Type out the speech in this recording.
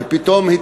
ופתאום,